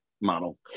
model